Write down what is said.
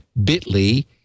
Bitly